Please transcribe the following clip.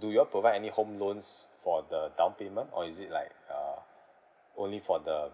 do you all provide any home loans for the down payment or is it like uh only for the